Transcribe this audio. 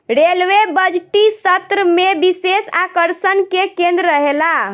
railway बजटीय सत्र में विशेष आकर्षण के केंद्र रहेला